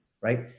right